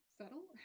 subtle